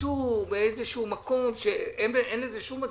אין לזה כל הצדקה.